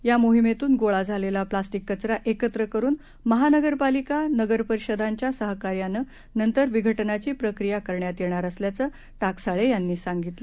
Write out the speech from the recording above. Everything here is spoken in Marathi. या मोहिमेतून गोळा झालेला प्लास्टिक कचरा एकत्र करुन महानगरपालिका नगर परिषदांच्या सहकार्यानं नंतर विघटनाची प्रक्रिया करण्यात येणार असल्याचं टाकसाळे यांनी सांगितलं